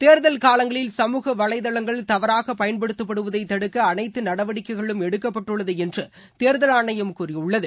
தேர்தல் காலங்களில் சமூக வலைதளங்கள் தவறாக பயன்படுத்தப்படுவதை தடுக்க அனைத்து நடவடிக்கைகளும் எடுக்கப்பட்டுள்ளது என்று தேர்தல் ஆணையம் கூறியுள்ளது